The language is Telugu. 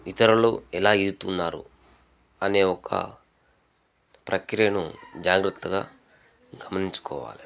ఇతరులు ఎలా ఈదుతున్నారు అనే ఒక ప్రక్రియను జాగ్రత్తగా గమనించుకోవాలి